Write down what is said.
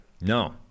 No